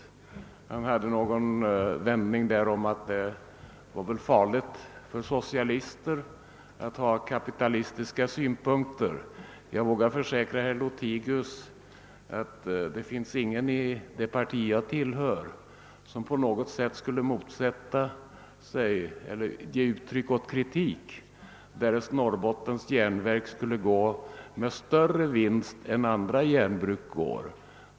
I herr Lothigius anförande förekom ett ordval av den innebörden att det väl måste vara farligt för 'socialister att ha kapitalistiska synpunkter. Jag vågar försäkra herr Lothigius, att det finns ingen i det parti jag tillhör som på något sätt skulle motsätta sig eller ge uttryck åt kritik, därest Norrbottens järnverk skulle gå med större vinst än andra järnbruk.